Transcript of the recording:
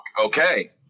Okay